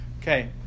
Okay